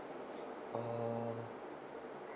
uh